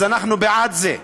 אז אנחנו בעד זה,